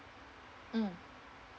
mm